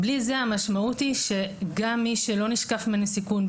בלי זה המשמעות היא שגם מי שלא נשקף ממנו סיכון,